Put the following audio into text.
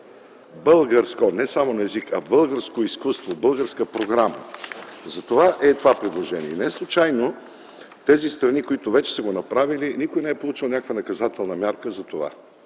българско (не само на език) изкуство, българска програма. Затова е и предложението. Неслучайно тези страни, които вече са го направили, не са получили някаква наказателна мярка за това.